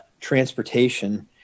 transportation